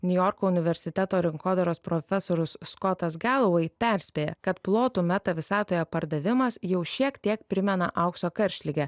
niujorko universiteto rinkodaros profesorius skotas galovei perspėja kad plotų meta visatoje pardavimas jau šiek tiek primena aukso karštligę